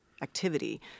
activity